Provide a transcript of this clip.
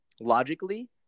logically